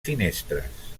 finestres